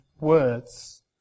words